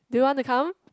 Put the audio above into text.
do you want to come